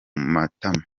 matama